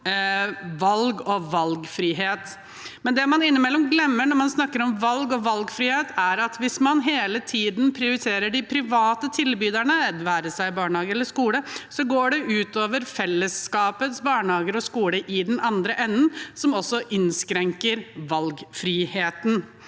valg og valgfrihet, men det man innimellom glemmer når man snakker om det, er at hvis man hele tiden prioriterer de private tilbyderne – det være seg innen barnehage eller skole – går det ut over fellesskapets barnehager og skoler i den andre enden, noe som også innskrenker valgfriheten.